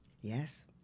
yes